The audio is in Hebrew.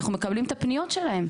אנחנו מקבלים את הפניות שלהם,